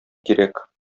кирәк